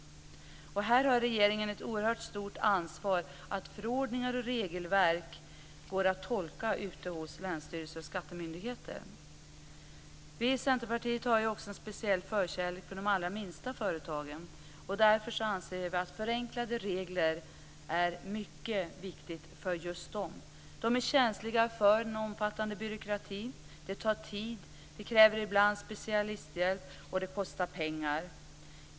Här har regeringen ett oerhört stort ansvar att förordningar och regelverk går att tolka ute hos länsstyrelser och skattemyndigheter. Vi i Centerpartiet har också en speciell förkärlek för de allra minsta företagen. Därför anser vi att förenklade regler är mycket viktigt för just dem. De är känsliga för en omfattande byråkrati. Det tar tid, det kräver ibland specialisthjälp och det kostar pengar.